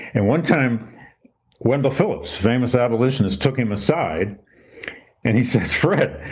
and one time wendell phillips, famous abolitionist, took him aside and he says, fred,